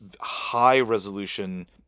high-resolution